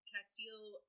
Castile